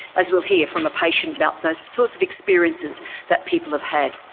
as we'll hear from a patient about the sorts of experiences that people have had.